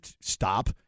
Stop